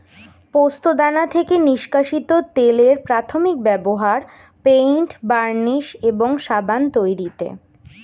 পোস্তদানা থেকে নিষ্কাশিত তেলের প্রাথমিক ব্যবহার পেইন্ট, বার্নিশ এবং সাবান তৈরিতে